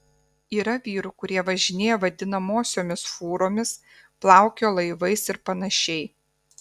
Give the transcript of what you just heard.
yra vyrų kurie važinėja vadinamosiomis fūromis plaukioja laivais ir panašiai